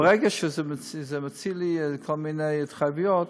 אבל ברגע שזה מוציא לי כל מיני התחייבויות,